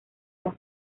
las